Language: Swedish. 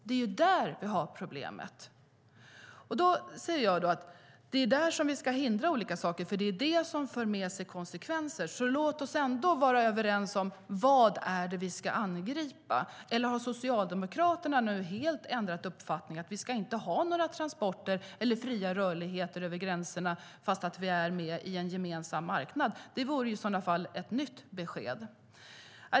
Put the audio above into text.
Det är där som vi ska hindra olika saker eftersom det för med sig konsekvenser. Låt oss vara överens om vad det är vi ska angripa. Eller har Socialdemokraterna nu helt ändrat uppfattning och anser att vi inte ska ha några transporter eller fri rörlighet över gränserna fastän vi är med i en gemensam marknad? Det vore i så fall ett nytt besked.